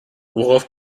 worauf